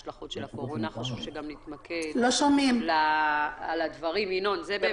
מהשלכות הקורונה אני פונה גם לחבר הכנסת ינון אזולאי